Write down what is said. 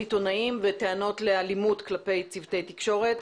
עיתונאים וטענות לאלימות כלפי צוותי תקשורת.